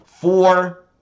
Four